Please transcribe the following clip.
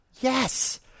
Yes